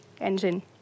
engine